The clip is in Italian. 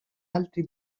altri